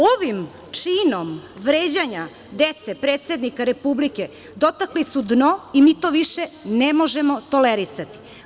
Ovim činom vređanja dece predsednika Republike dotakli su dno i mi to više ne možemo tolerisati.